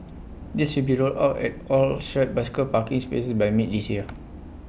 these will be rolled out at all shared bicycle parking spaces by mid this year